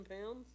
pounds